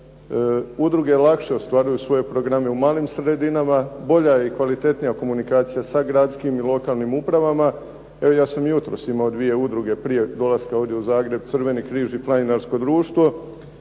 udruge lakše ostvaruju svoje programe u malim sredinama, bolja je i kvalitetnija komunikacija sa gradskim i lokalnim upravama. Evo ja sam jutros imao dvije udruge prije dolaska ovdje u Zagreb Crveni križ i planinarsko društvo.